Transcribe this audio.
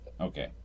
Okay